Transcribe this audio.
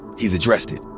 he's addressed it.